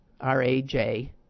R-A-J